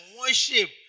worship